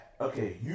Okay